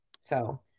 So-